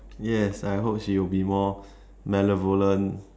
yes I hope she will be more benevolent